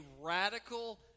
radical